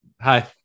Hi